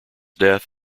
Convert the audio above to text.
death